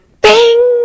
bing